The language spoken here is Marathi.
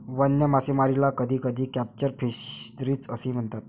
वन्य मासेमारीला कधीकधी कॅप्चर फिशरीज असेही म्हणतात